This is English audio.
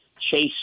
chase